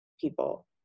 people